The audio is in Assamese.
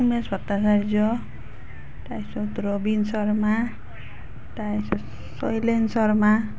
উমেশ ভট্টাচাৰ্য্য তাৰপিছত ৰবিন শৰ্মা তাৰপাছত শৈলেন শৰ্মা